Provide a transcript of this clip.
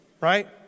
Right